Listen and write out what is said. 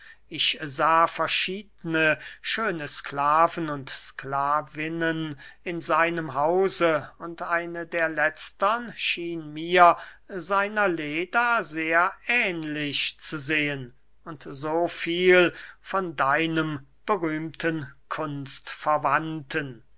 ich sah verschiedene schöne sklaven und sklavinnen in seinem hause und eine der letztern schien mir seiner leda sehr ähnlich zu sehen und so viel von deinem berühmten